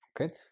okay